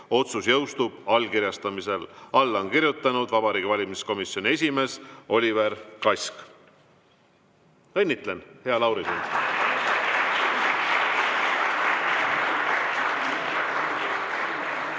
otsus jõustub allkirjastamisel. Alla on kirjutanud Vabariigi Valimiskomisjoni esimees Oliver Kask. Õnnitlen, hea Lauri!